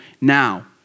now